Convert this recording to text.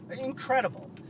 Incredible